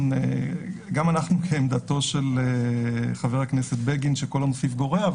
גם אנחנו בעמדתו של חבר הכנסת בגין שכל המוסיף גורע,